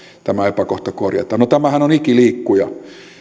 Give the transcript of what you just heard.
tämä epäkohta korjataan no tämähän on ikiliikkuja